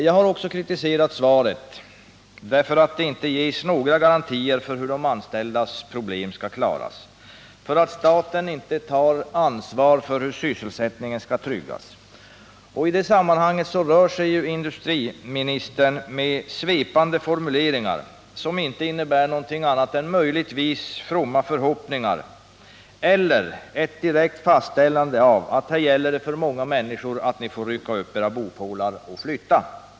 Jag har också kritiserat svaret därför att det där inte ges några garantier för hur de anställdas problem skall klaras — staten tar inte något ansvar för hur sysselsättningen skall tryggas. I det sammanhanget rör sig industriministern med svepande formuleringar som inte innebär någonting annat än möjligtvis fromma förhoppningar eller ett direkt fastställande av att här gäller det för många människor att de får rycka upp sina bopålar och flytta.